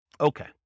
Okay